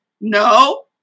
No